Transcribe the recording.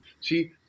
See